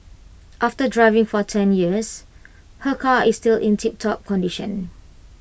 after driving for ten years her car is still in tiptop condition